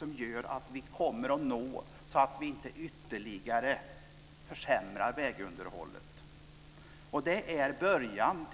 Det betyder att vi kommer att nå ett läge där vi inte ytterligare försämrar vägunderhållet. Det är början.